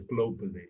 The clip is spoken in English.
globally